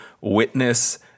witness